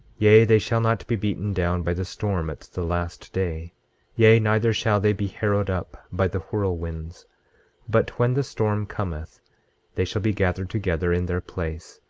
yea, they shall not be beaten down by the storm at the last day yea, neither shall they be harrowed up by the whirlwinds but when the storm cometh they shall be gathered together in their place,